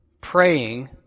praying